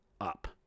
up